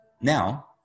Now